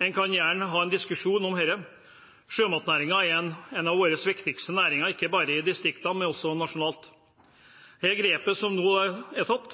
En kan gjerne ha en diskusjon om dette. Sjømatnæringen er en av våre viktigste næringer, ikke bare i distriktene, men også nasjonalt. Dette grepet som nå er tatt,